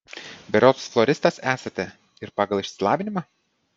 berods floristas esate ir pagal išsilavinimą